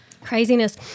Craziness